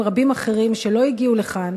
עם רבים אחרים שלא הגיעו לכאן,